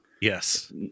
Yes